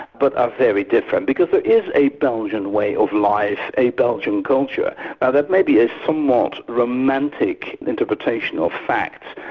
but are very different because there is a belgian way of life, a belgian culture. now that may be a somewhat romantic interpretation of facts.